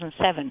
2007